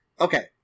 Okay